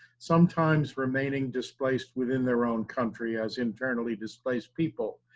sometimes remaining displaced within their own country as internally displaced people.